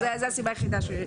זו הסיבה היחידה.